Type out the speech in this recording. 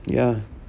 ya